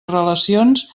relacions